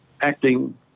acting